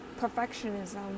perfectionism